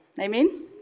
Amen